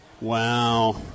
wow